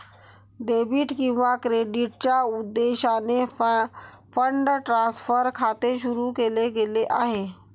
debit किंवा क्रेडिटच्या उद्देशाने फंड ट्रान्सफर खाते सुरू केले गेले आहे